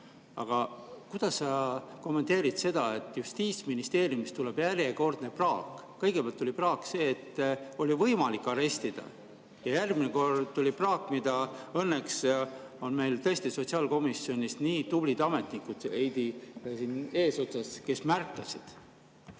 Aga kuidas sa kommenteerid seda, et Justiitsministeeriumist tuleb järjekordne praak? Kõigepealt oli praak see, et oli võimalik arestida, ja järgmine kord tuli praak, mida õnneks meie tõesti tublid sotsiaalkomisjoni ametnikud eesotsas Heidiga märkasid.